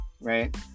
right